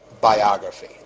biography